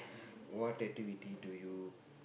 what activity do you